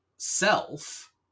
self